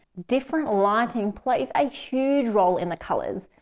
different lighting plays a huge role in the colors.